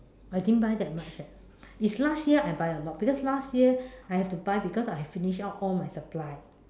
I didn't buy that much eh if last year I buy a lot because last year I have to buy because I have finished up all my supply